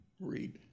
read